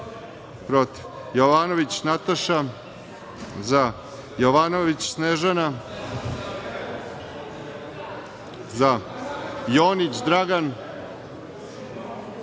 protiv; Jovanović Nataša – za; Jovanović Snežana – za; Jonić Dragan